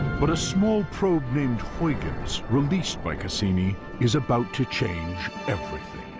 but a small probe named huygens, released by cassini, is about to change everything.